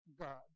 God